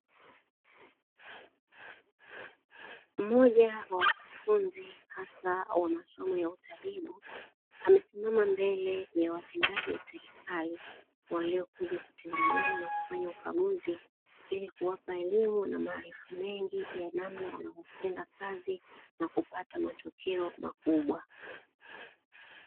Mmoja wa wakufunzi hasa wa masomo ya utabibu, amesimama mbele ya watendaji wa serikali, waliokuja kutembelea na kufanya ukaguzi ili kuwapa elimu na maarifa mengi ya namna ya kutenda kazi na kupata matokeo makubwa.